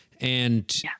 and-